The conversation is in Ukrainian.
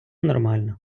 нормально